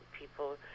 people